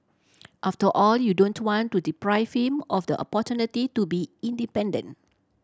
after all you don't want to deprive him of the opportunity to be independent